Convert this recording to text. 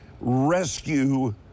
rescue